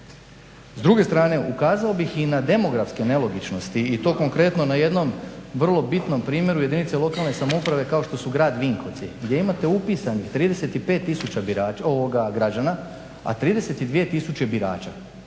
S druge strane ukazao bih i na demografske nelogičnosti i to konkretno na jednom vrlo bitnom primjeru jedinice lokalne samouprave kao što su grad Vinkovci gdje imate upisanih 35 tisuća birača,